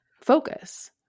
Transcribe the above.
focus